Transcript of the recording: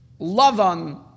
Lavan